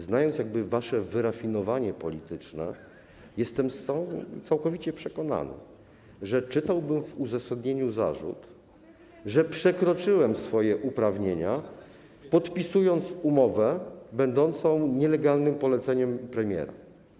Znając wasze wyrafinowanie polityczne, jestem całkowicie przekonany, że czytałbym w uzasadnieniu zarzut, że przekroczyłem swoje uprawnienia, podpisując umowę będącą nielegalnym poleceniem premiera.